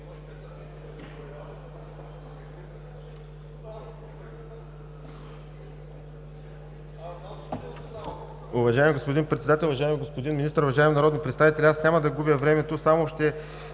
Уважаеми господин Председател, уважаеми господин Министър, уважаеми народни представители! Няма да губя времето, само ще